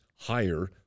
higher